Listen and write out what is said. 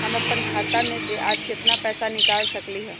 हम अपन खाता में से आज केतना पैसा निकाल सकलि ह?